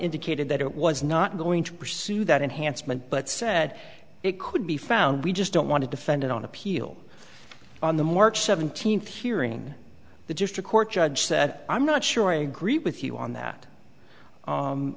indicated that it was not going to pursue that enhancement but said it could be found we just don't want to defend it on appeal on the march seventeenth hearing in the district court judge said i'm not sure i agree with you on that